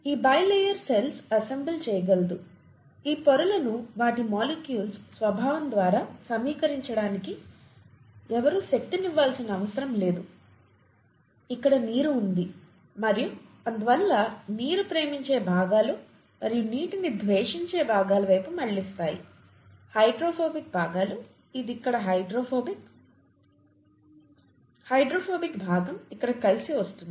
ఈ bilayer self assemble చేయగలదు ఈ పొరలను వాటి మాలిక్యూల్స్ స్వభావం ద్వారా సమీకరించడానికి ఎవరూ శక్తినివ్వాల్సిన అవసరం లేదు ఇక్కడ నీరు ఉంది మరియు అందువల్ల నీరు ప్రేమించే భాగాలు మరియు నీటిని ద్వేషించే భాగాల వైపు మళ్ళిస్తాయి హైడ్రోఫోబిక్ భాగాలు ఇది ఇక్కడ హైడ్రోఫోబిక్ హైడ్రోఫోబిక్ భాగం ఇక్కడ కలిసి వస్తుంది